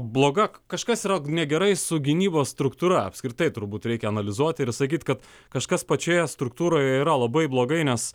bloga kažkas negerai su gynybos struktūra apskritai turbūt reikia analizuoti ir sakyti kad kažkas pačioje struktūroje yra labai blogai nes